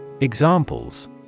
Examples